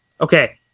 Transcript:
Okay